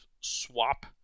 swap